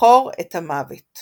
- "זכור את המוות".